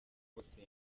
hose